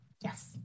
yes